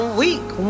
weak